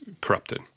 corrupted